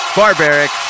barbaric